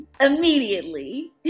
immediately